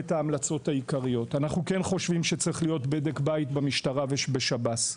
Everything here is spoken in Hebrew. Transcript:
ההמלצות העיקריות: אנחנו כן חושבים שצריך להיות בדק בית במשטרה ובשב"ס.